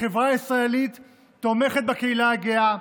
החברה הישראלית תומכת בקהילה הגאה,